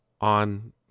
on